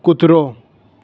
કૂતરો